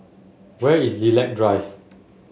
where is Lilac Drive